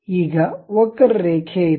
ಈಗ ವಕ್ರರೇಖೆ ಇದೆ